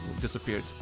disappeared